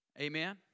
Amen